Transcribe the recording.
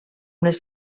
les